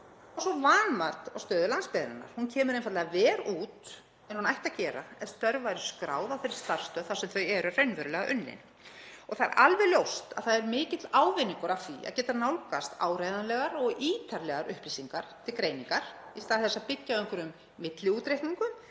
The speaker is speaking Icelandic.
og svo vanmat á stöðu landsbyggðarinnar. Hún kemur einfaldlega verr út en hún ætti að gera ef störf væru skráð á þeirri starfsstöð þar sem þau eru unnin. Það er alveg ljóst að það er mikill ávinningur af því að geta nálgast áreiðanlegar og ítarlegar upplýsingar til greiningar í stað þess að byggja á einhverjum milliútreikningum